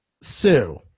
Sue